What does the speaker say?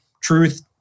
truth